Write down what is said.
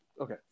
Okay